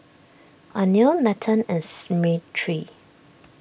Anil Nathan and Smriti